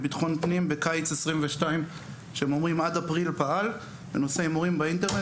שנת 2015 לאפריל 2022 פעל במשטרה כוח משימה בנושא: הימורים באינטרנט,